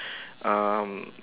um